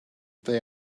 they